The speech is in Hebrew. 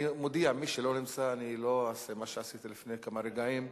אני מודיע שמי שלא נמצא אני לא אעשה מה שעשיתי לפני כמה רגעים.